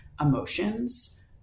emotions